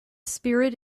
spirit